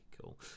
cool